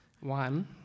One